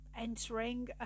entering